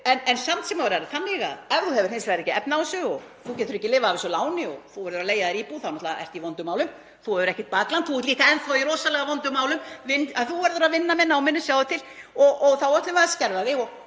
en samt sem áður er það þannig að ef þú hefur hins vegar ekki efni á þessu og þú getur ekki lifað af þessu láni og þú verður að leigja þér íbúð, þá náttúrlega ertu í vondum málum, þú hefur ekkert bakland, þú ert líka enn þá í rosalega vondum málum, þú verður að vinna með náminu, sjáðu til, og þá ætlum við að skerða þig og